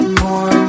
more